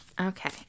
Okay